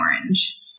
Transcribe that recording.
orange